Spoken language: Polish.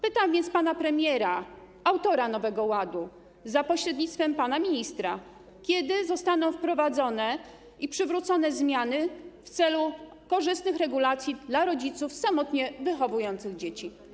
Pytam więc pana premiera, autora Nowego Ładu, za pośrednictwem pana ministra, kiedy zostaną wprowadzone i przywrócone zmiany w celu korzystnych regulacji dla rodziców samotnie wychowujących dzieci.